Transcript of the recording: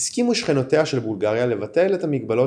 הסכימו שכנותיה של בולגריה לבטל את המגבלות